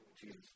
Jesus